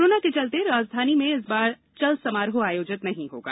corona के चलते राजधानी में इस बार चल समारोह आयोजित नहीं होगा